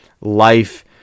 life